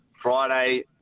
Friday